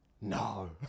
No